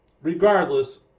regardless